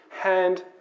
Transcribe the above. hand